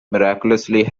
miraculously